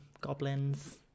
goblins